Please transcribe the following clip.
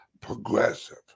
progressive